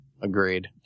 Agreed